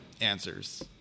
answers